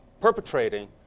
perpetrating